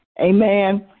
Amen